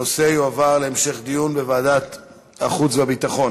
הנושא יועבר להמשך דיון בוועדת החוץ והביטחון.